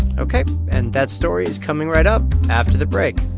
ok. and that story is coming right up after the break